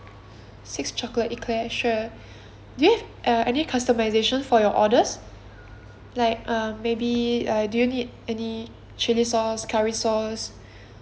six chocolate eclair sure do you have uh any customisation for your orders like uh maybe do you need any chilli sauce curry sauce